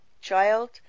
child